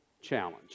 challenge